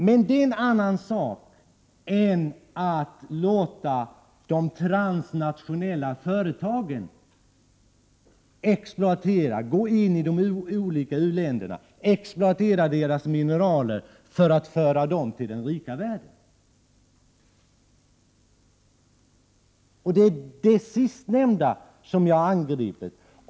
Men det är en annan sak än att låta de transnationella företagen gå in i de olika u-länderna och exploatera deras mineraler för att föra dessa till den rika världen. Det är det sistnämnda förhållandet som jag har angripit.